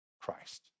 Christ